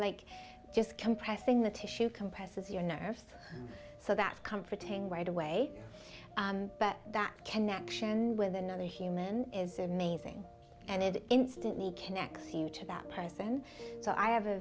like just compressing the tissue compresses your nerves so that's comforting right away but that connection with another human is amazing and it instantly connects you to that typhoon so i have a